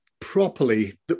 Properly